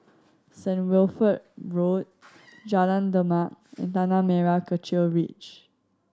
Saint Wilfred Road Jalan Demak and Tanah Merah Kechil Ridge